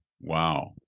wow